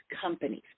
companies